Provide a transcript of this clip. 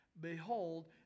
Behold